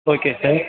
okay sir